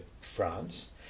France